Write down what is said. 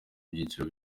byiciro